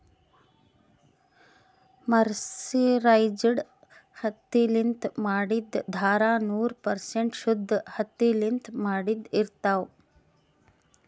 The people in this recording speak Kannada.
ಮರ್ಸಿರೈಜ್ಡ್ ಹತ್ತಿಲಿಂತ್ ಮಾಡಿದ್ದ್ ಧಾರಾ ನೂರ್ ಪರ್ಸೆಂಟ್ ಶುದ್ದ್ ಹತ್ತಿಲಿಂತ್ ಮಾಡಿದ್ದ್ ಇರ್ತಾವ್